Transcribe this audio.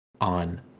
on